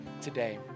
today